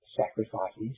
sacrifices